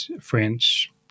French